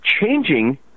changing